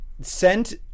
sent